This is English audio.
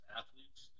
athletes